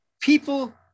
People